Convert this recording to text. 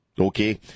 Okay